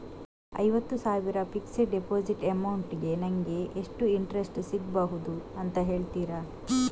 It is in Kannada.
ಐವತ್ತು ಸಾವಿರ ಫಿಕ್ಸೆಡ್ ಡೆಪೋಸಿಟ್ ಅಮೌಂಟ್ ಗೆ ನಂಗೆ ಎಷ್ಟು ಇಂಟ್ರೆಸ್ಟ್ ಸಿಗ್ಬಹುದು ಅಂತ ಹೇಳ್ತೀರಾ?